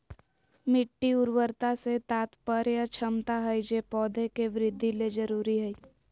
मिट्टी उर्वरता से तात्पर्य क्षमता हइ जे पौधे के वृद्धि ले जरुरी हइ